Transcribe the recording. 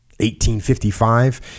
1855